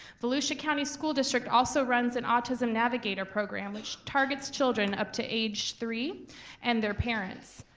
volusia county school district also runs an autism navigator program which targets children up to age three and their parents.